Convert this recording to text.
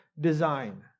design